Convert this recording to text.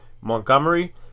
Montgomery